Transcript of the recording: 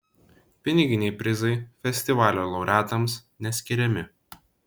piniginiai prizai festivalio laureatams neskiriami